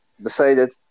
decided